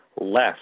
less